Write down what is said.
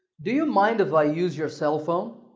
do you mind if i use your cell phone?